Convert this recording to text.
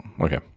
okay